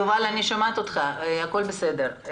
יובל, אני שומעת אותך, הכול בסדר.